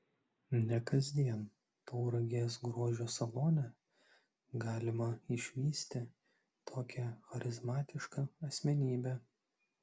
ne kasdien tauragės grožio salone galima išvysti tokią charizmatišką asmenybę